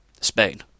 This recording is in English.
Spain